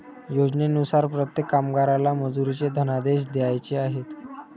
योजनेनुसार प्रत्येक कामगाराला मजुरीचे धनादेश द्यायचे आहेत